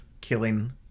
killing